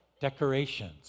decorations